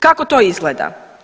Kako to izgleda?